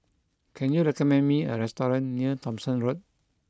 can you recommend me a restaurant near Thomson Road